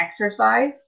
exercise